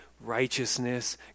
righteousness